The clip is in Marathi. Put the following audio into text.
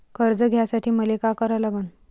कर्ज घ्यासाठी मले का करा लागन?